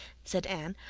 said anne.